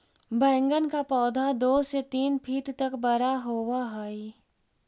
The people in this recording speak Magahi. बैंगन का पौधा दो से तीन फीट तक बड़ा होव हई